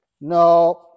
No